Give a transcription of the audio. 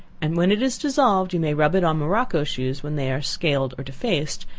and when it is dissolved, you may rub it on morocco shoes when they are scaled or defaced,